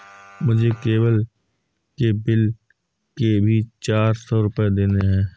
मुझे केबल के बिल के भी चार सौ रुपए देने हैं